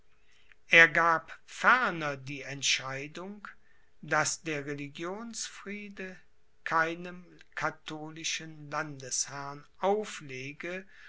er gab ferner die entscheidung daß der religionsfriede keinem katholischen landesherrn auflege